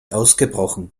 ausgebrochen